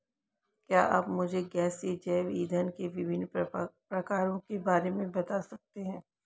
क्या आप मुझे गैसीय जैव इंधन के विभिन्न प्रकारों के बारे में बता सकते हैं?